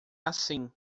assim